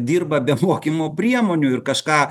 dirba be mokymo priemonių ir kažką